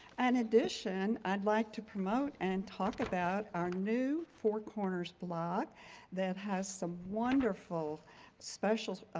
and addition, i'd like to promote and talk about our new four corners blog that has some wonderful specials